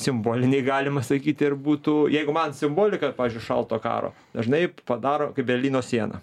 simboliniai galima sakyti ar būtų jeigu man simbolika pavyzdžiui šaltojo karo dažnai padaro kaip berlyno sieną